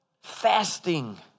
fasting